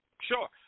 Sure